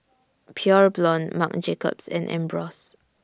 Pure Blonde Marc Jacobs and Ambros